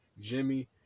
Jimmy